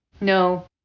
No